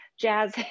jazz